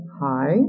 hi